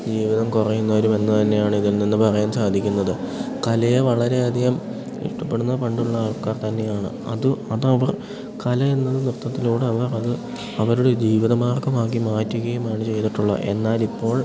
ജീവിതം കുറയുന്നവരും എന്നു തന്നെയാണ് ഇതിൽ നിന്നു പറയാൻ സാധിക്കുന്നത് കലയെ വളരെയധികം ഇഷ്ടപ്പെടുന്ന പണ്ടുള്ള ആൾക്കാർ തന്നെയാണ് അത് അതവർ കല എന്ന നൃത്തത്തിലൂടെ അവർ അത് അവരുടെ ജീവിതമാർഗ്ഗമാക്കി മാറ്റുകയുമാണ് ചെയ്തിട്ടുള്ളത് എന്നാൽ ഇപ്പോൾ